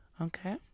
okay